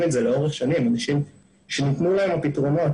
את זה לאורך שנים עם אנשים שניתנו להם הפתרונות,